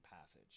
passage